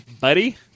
Buddy